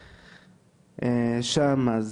ברחתי.